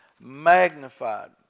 Magnified